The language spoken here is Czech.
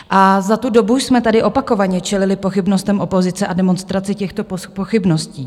A za tu dobu jsme tady opakovaně čelili pochybnostem opozice a demonstraci těchto pochybností.